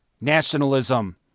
nationalism